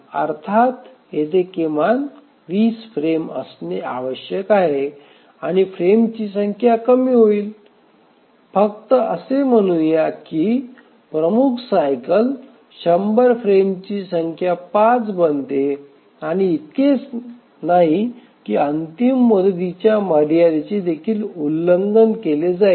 अर्थात येथे किमान 20 फ्रेम असणे आवश्यक आहे आणि फ्रेमची संख्या कमी होईल फक्त असे म्हणूया की प्रमुख सायकल 100 फ्रेमची संख्या 5 बनते आणि इतकेच नाही की अंतिम मुदतीच्या मर्यादेचे देखील उल्लंघन केले जाईल